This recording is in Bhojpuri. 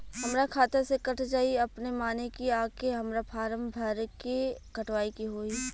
हमरा खाता से कट जायी अपने माने की आके हमरा फारम भर के कटवाए के होई?